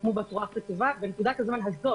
שישתקמו בצורה הכי טובה בנקודת הזמן הזאת.